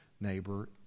neighbor